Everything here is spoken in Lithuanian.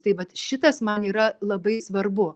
tai vat šitas man yra labai svarbu